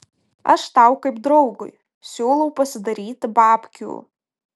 aš tau kaip draugui siūlau pasidaryti babkių